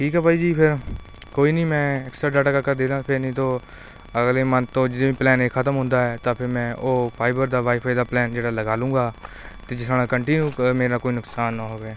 ਠੀਕ ਹੈ ਬਾਈ ਜੀ ਫਿਰ ਕੋਈ ਨਹੀਂ ਮੈਂ ਅਕਸਟਰਾ ਡਾਟਾ ਕਰਕੇ ਦੇਖਦਾ ਫਿਰ ਨਹੀਂ ਤੋ ਜੇ ਅਗਲੇ ਮੰਥ ਤੋਂ ਪਲੈਨ ਇਹ ਖ਼ਤਮ ਹੁੰਦਾ ਹੈ ਤਾਂ ਫਿਰ ਮੈਂ ਉਹ ਫਾਈਬਰ ਦਾ ਵਾਈਫਾਈ ਦਾ ਪਲੈਨ ਜਿਹੜਾ ਲਗਾ ਲੂੰਗਾ ਤੇ ਜਿਸ ਤਰ੍ਹਾਂ ਕੰਟੀਨਊ ਮੇਰਾ ਕੋਈ ਨੁਕਸਾਨ ਨਾ ਹੋਵੇ